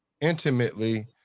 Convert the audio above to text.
intimately